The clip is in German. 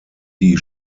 die